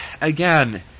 again